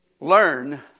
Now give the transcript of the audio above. learn